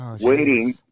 waiting